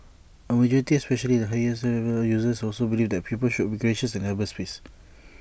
A majority especially the heaviest users also believed that people should be gracious in cyberspace